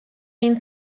egin